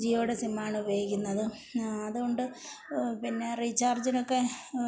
ജിയോയുടെ സിമ്മാണ് ഉപയോഗിക്കുന്നത് അത്കൊണ്ട് പിന്നെ റീചാർജിനൊക്കെ